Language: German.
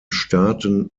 staaten